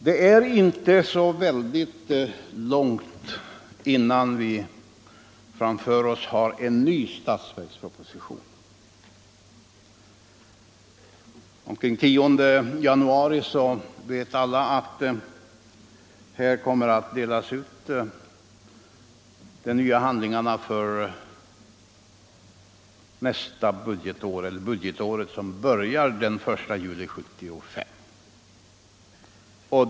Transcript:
Det är inte så långt innan vi framför oss har en ny statsverksproposition. Alla vet att omkring den 10 januari kommer de nya handlingarna för det budgetår som börjar den 1 juli 1975 att delas ut.